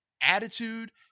attitude